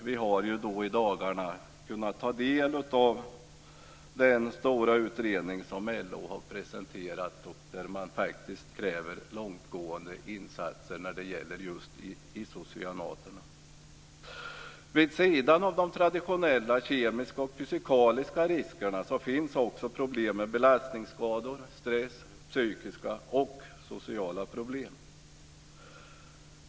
Vi har i dagarna kunnat ta del av den stora utredning som LO har presenterat där man kräver långtgående insatser när det gäller isocyanater. Vid sidan av de traditionella kemiska och fysikaliska riskerna finns också problem med belastningsskador, stress samt psykiska och sociala problem.